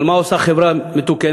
אבל מה עושה חברה מתוקנת,